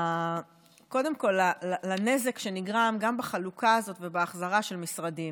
קודם כול לנזק שנגרם מהחלוקה הזאת ובהחזרה של משרדים.